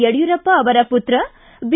ಯಡಿಯೂರಪ್ಪ ಅವರ ಪುತ್ರ ಬಿ